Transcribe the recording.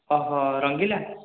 ରଙ୍ଗିଲା